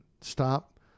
Stop